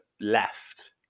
left